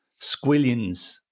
squillions